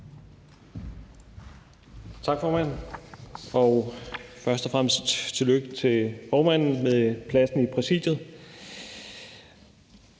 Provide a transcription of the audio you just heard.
Tak, formand. Først og fremmest tillykke til formanden med pladsen i Præsidiet.